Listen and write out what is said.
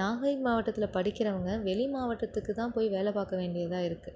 நாகை மாவட்டத்தில் படிக்கிறவங்க வெளி மாவட்டத்துக்கு தான் போய் வேலை பார்க்க வேண்டியதாக இருக்கு